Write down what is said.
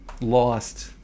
lost